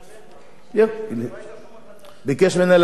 ביקש ממנה לחבר לו דוח?